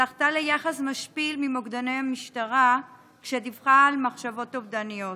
זכתה ליחס משפיל ממוקדני המשטרה כשדיווחה על מחשבות אובדניות.